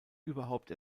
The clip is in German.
überhaupt